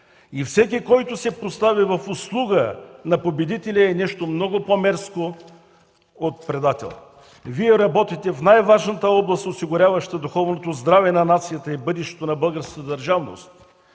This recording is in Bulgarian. и всеки, който се постави в услуга на победителя е нещо много по-мерзко от предател. Вие работите в най-важната област, осигуряваща духовното здраве на нацията и бъдещето на българската държавност.